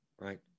right